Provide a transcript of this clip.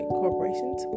corporations